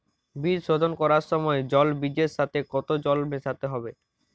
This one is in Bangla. বীজ শোধন করার সময় জল বীজের সাথে কতো জল মেশাতে হবে?